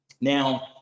now